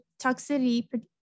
toxicity